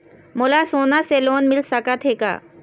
मोला सोना से लोन मिल सकत हे का?